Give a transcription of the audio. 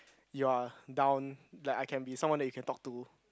you're down like I can be someone that you can talk to